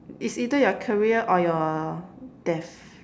is either your career or your death